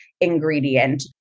ingredient